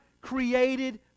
created